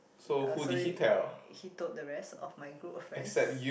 uh so he told the rest of my group of friends